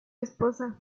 esposa